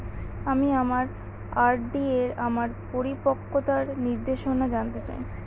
আমি আমার আর.ডি এর আমার পরিপক্কতার নির্দেশনা জানতে চাই